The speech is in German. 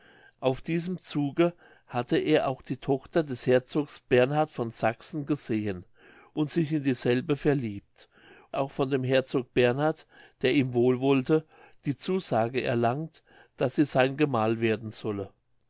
auf diesem zuge hatte er auch die tochter des herzogs bernhard von sachsen gesehen und sich in dieselbe verliebt auch von dem herzog bernhard der ihm wohlwollte die zusage erlangt daß sie sein gemahl werden solle